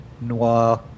noir